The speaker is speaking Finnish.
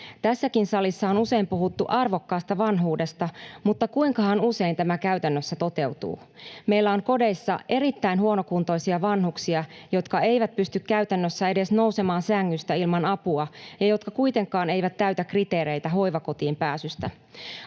Tässäkin salissa on usein puhuttu arvokkaasta vanhuudesta, mutta kuinkahan usein tämä käytännössä toteutuu? Meillä on kodeissa erittäin huonokuntoisia vanhuksia, jotka eivät pysty käytännössä edes nousemaan sängystä ilman apua ja jotka kuitenkaan eivät täytä kriteereitä hoivakotiin pääsystä.